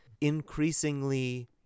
increasingly